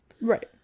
Right